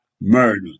murder